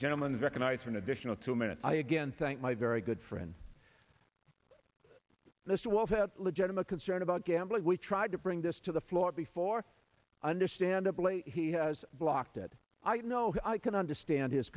gentleman is recognized for an additional two minute i again think my very good friend and this was a legitimate concern about gambling we tried to bring this to the floor before understandably he has blocked it i know i can understand his